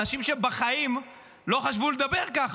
אנשים שבחיים לא חשבו לדבר ככה,